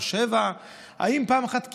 פה 7% האם פעם אחת קיבלנו?